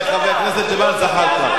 חבר הכנסת ג'מאל זחאלקה,